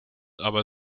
aber